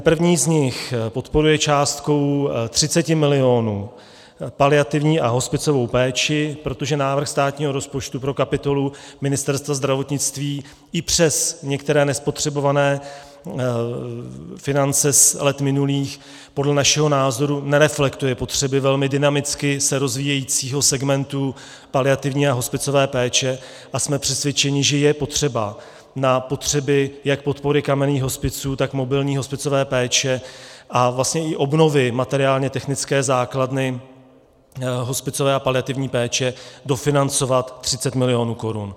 První z nich podporuje částkou 30 milionů paliativní a hospicovou péči, protože návrh státního rozpočtu pro kapitolu Ministerstva zdravotnictví i přes některé nespotřebované finance z let minulých podle našeho názoru nereflektuje potřeby velmi dynamicky se rozvíjejícího segmentu paliativní a hospicové péče, a jsme přesvědčeni, že je potřeba na potřeby jak podpory kamenných hospiců, tak mobilní hospicové péče a vlastně i obnovy materiálně technické základy hospicové a paliativní péče dofinancovat 30 milionů korun.